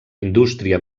indústria